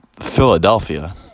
Philadelphia